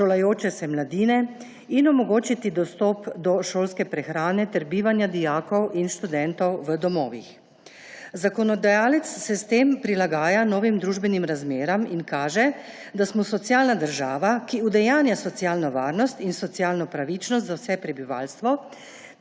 šolajoče se mladine in omogočiti dostop do šolske prehrane ter bivanja dijakov in študentov v domovih. Zakonodajalec se s tem prilagaja novim družbenim razmeram in kaže, da smo socialna država, ki udejanja socialno varnost in socialno pravičnost za vse prebivalstvo,